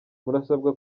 murasabwa